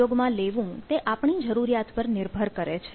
ઉપયોગમાં લેવું તે આપણી જરૂરિયાત પર નિર્ભર કરે છે